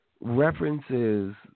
references